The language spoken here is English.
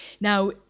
Now